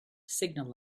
signal